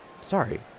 Sorry